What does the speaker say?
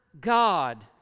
God